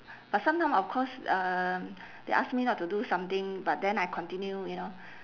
but sometime of course um they ask me not to do something but then I continue you know